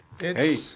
Hey